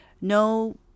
no